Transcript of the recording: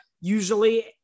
usually